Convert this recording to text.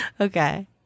Okay